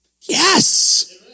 Yes